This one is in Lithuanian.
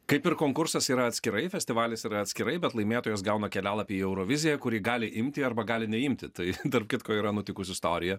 kaip ir konkursas yra atskirai festivalis yra atskirai bet laimėtojas gauna kelialapį į euroviziją kurį gali imti arba gali neimti tai tarp kitko yra nutikus istorija